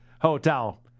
hotel